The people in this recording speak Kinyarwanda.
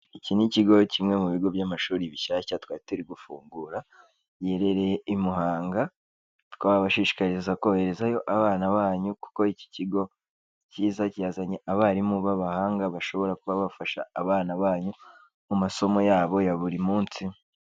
Iki ni ikigo kimwe mu bigo by'amashuri bishyashya twateri gufungura, giherereye i Muhanga, twabashishikariza koherezayo abana banyu, kuko iki kigo kiza cyazanye abarimu b'abahanga bashobora kuba bafasha abana banyu mu masomo yabo ya buri munsi.